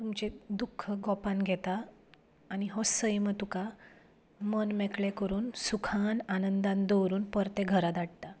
तुमचें दुख्ख गोपांत घेता आनी हो सैम तुका मन मेकळे करून सुखान आनंदान दवरून परते घरा धाडटा